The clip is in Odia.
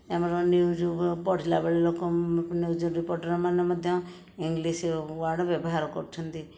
ଆମର ନ୍ୟୁଜ ପଢ଼ିଲା ବେଳେ ଲୋକ ନ୍ୟୁଜ ରିପୋର୍ଟର ମାନେ ମଧ୍ୟ ଇଂଲିଶ ୱାର୍ଡ଼ ବ୍ୟବହାର କରୁଛନ୍ତି